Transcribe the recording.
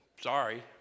Sorry